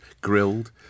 grilled